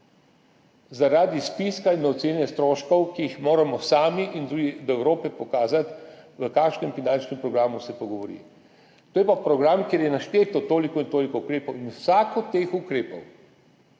zaradi spiska in ocene stroškov, ki jih moramo sami in tudi do Evrope pokazati, o kakšnem finančnem programu se tu govori. To je pa program, kjer je naštetih toliko in toliko ukrepov. Vsak od teh ukrepov